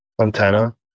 antenna